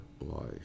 life